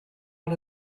out